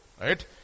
Right